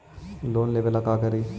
Loan लेबे ला का करि?